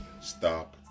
stop